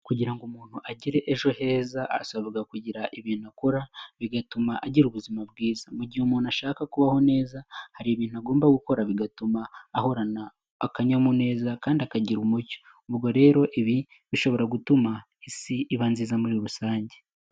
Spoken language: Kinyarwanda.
Kugira ngo umuntu agire ejo heza asabwa kugira ibintu akora bigatuma agira ubuzima bwiza, mu gihe umuntu ashaka kubaho neza, hari ibintu agomba gukora bigatuma ahorana akanyamuneza kandi akagira umucyo, ubwo rero ibi bishobora gutuma isi iba nziza muri rusange.